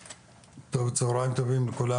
טוב, צהריים טובים לכולם.